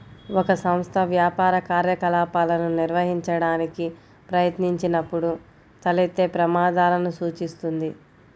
ఒక సంస్థ వ్యాపార కార్యకలాపాలను నిర్వహించడానికి ప్రయత్నించినప్పుడు తలెత్తే ప్రమాదాలను సూచిస్తుంది